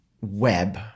web